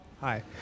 Hi